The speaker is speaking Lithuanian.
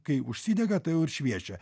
kai užsidega tai jau ir šviečia